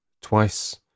twice